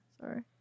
Sorry